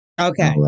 Okay